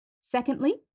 Secondly